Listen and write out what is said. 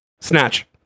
Snatch